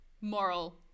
moral